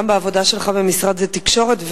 גם בעבודה שלך במשרד התקשורת,